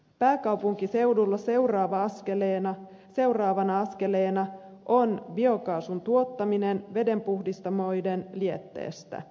pääkaupunkiseudulla seuraavana askeleena on biokaasun tuottaminen vedenpuhdistamoiden lietteestä